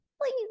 Please